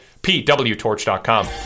pwtorch.com